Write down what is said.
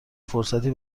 فرصتی